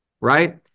right